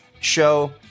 show